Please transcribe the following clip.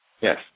yes